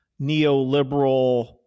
neoliberal